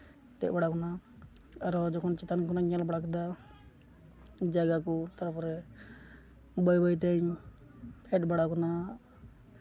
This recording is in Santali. ᱫᱮᱡ ᱵᱟᱲᱟᱣ ᱠᱟᱱᱟ ᱟᱨᱚ ᱡᱚᱠᱷᱚᱱ ᱪᱮᱛᱟᱱ ᱠᱷᱚᱱᱟᱜ ᱤᱧ ᱧᱮᱞ ᱵᱟᱲᱟ ᱠᱟᱫᱟ ᱡᱟᱭᱜᱟ ᱠᱚ ᱛᱟᱨᱯᱚᱨᱮ ᱵᱟᱹᱭ ᱵᱟᱹᱭᱛᱤᱧ ᱯᱷᱮᱰ ᱵᱟᱲᱟᱣ ᱠᱟᱱᱟ